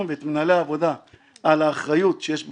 ואת מנהלי העבודה על האחריות שיש בפיגום,